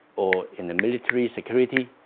or in the military security